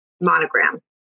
monogram